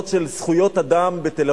לפעילויות של אנשי זכויות אדם בתל-אביב,